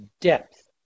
depth